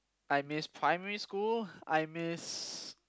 I miss primary school I miss